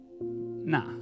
Nah